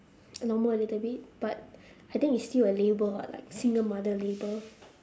normal little bit but I think it's still a label [what] like single mother label